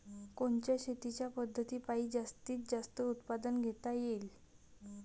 कोनच्या शेतीच्या पद्धतीपायी जास्तीत जास्त उत्पादन घेता येईल?